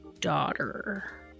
daughter